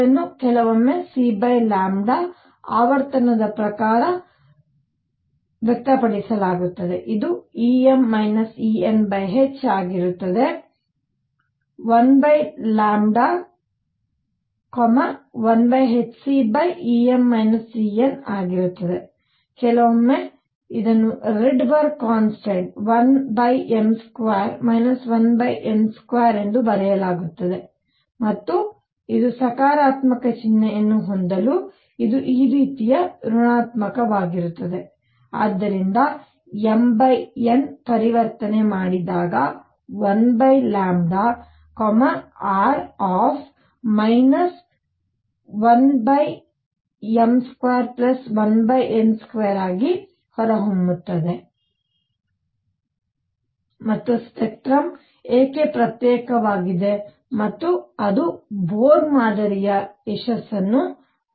ಇದನ್ನು ಕೆಲವೊಮ್ಮೆ cλ ಆವರ್ತನದ ಪ್ರಕಾರ ವ್ಯಕ್ತಪಡಿಸಲಾಗುತ್ತದೆ ಇದು Em Enh ಆಗಿರುತ್ತದೆ ಮತ್ತು ಆದ್ದರಿಂದ 1λ 1hcಆಗಿರುತ್ತದೆ ಕೆಲವೊಮ್ಮೆ ಇದನ್ನು ರೈಡ್ಬರ್ಗ್ ಕಾನ್ಸ್ಟನ್ಟ್ 1m2 1n2 ಎಂದು ಬರೆಯಲಾಗುತ್ತದೆ ಮತ್ತು ಇದು ಸಕಾರಾತ್ಮಕ ಚಿಹ್ನೆಯನ್ನು ಹೊಂದಲು ಇದು ಈ ರೀತಿಯ ಋಣಾತ್ಮಕವಾಗಿರುತ್ತದೆ ಆದ್ದರಿಂದ m n ಪರಿವರ್ತನೆ ಮಾಡಿದಾಗ 1λ R 1m21n2 ಆಗಿ ಹೊರಹೊಮ್ಮುತ್ತದೆ ಮತ್ತು ಸ್ಪೆಕ್ಟ್ರಮ್ ಏಕೆ ಪ್ರತ್ಯೇಕವಾಗಿದೆ ಮತ್ತು ಅದು ಬೋರ್ ಮಾದರಿಯ ಯಶಸ್ಸನ್ನು ವಿವರಿಸುತ್ತದೆ